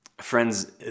Friends